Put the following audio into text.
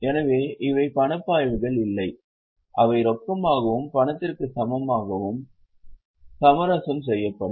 எனவே இவை பணப்பாய்வுகள் இல்லை அவை ரொக்கமாகவும் பணத்திற்கு சமமாகவும் சமரசம் செய்யப்படும்